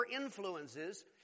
influences